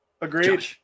Agreed